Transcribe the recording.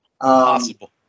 Possible